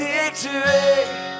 Victory